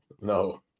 No